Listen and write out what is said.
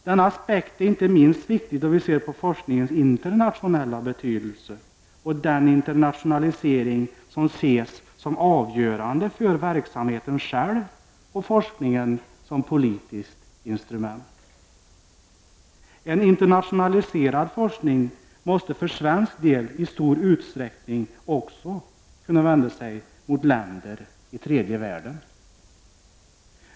Denna aspekt är inte minst viktig då vi ser på forskningens internationella betydelse och den internationalisering som ses som avgörande för verksamheten själv och forskningen som politiskt instrument. En internationaliserad forskning måste för svensk del i stor utsträckning också kunna vända sig till länder i tredje världen.